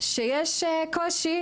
שיש קושי,